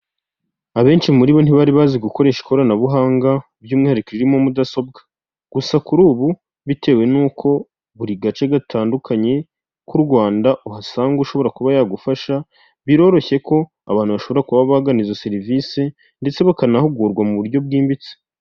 Abenshi muri bo ntibari bazi gukoresha ikoranabuhanga, by'umwihariko iririmo mudasobwa, gusa kuri ubu, bitewe n'uko buri gace gatandukanye k'u Rwanda, uhasanga ushobora kuba yagufasha, biroroshye ko abantu bashobora kuba bagana izo serivise ndetse bakanahugurwa mu buryo bwimbitse.